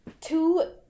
two